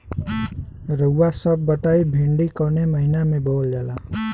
रउआ सभ बताई भिंडी कवने महीना में बोवल जाला?